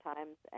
Times